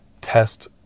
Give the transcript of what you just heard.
test